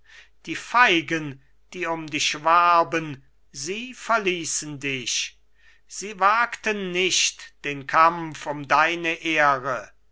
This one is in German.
die feigen die um dich warben sie verließen dich sie wagten nicht den kampf um deine ehre